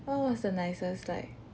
what was the nicest like